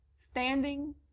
standing